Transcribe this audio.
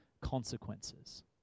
consequences